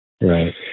Right